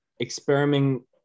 experimenting